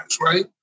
right